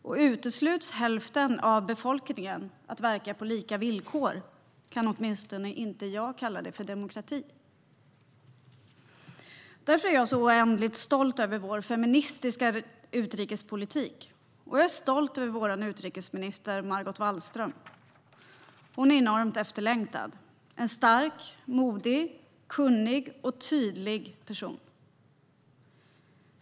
Och utesluts hälften av befolkningen från att verka på lika villkor kan åtminstone inte jag kalla det för demokrati. Därför är jag oändligt stolt över vår feministiska utrikespolitik, och jag är stolt över vår utrikesminister Margot Wallström. Hon var enormt efterlängtad - en stark, modig, kunnig och tydlig person.